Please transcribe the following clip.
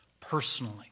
personally